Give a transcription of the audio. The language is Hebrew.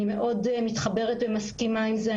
אני מאוד מתחברת ומסכימה עם זה.